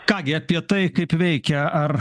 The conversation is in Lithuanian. ką gi apie tai kaip veikia ar